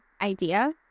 idea